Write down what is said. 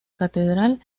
catedral